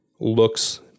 looks